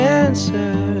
answer